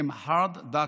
הם Hard Data,